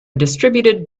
distributed